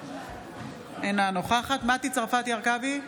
אינה נוכחת מטי צרפתי הרכבי,